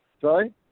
Sorry